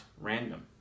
random